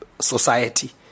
society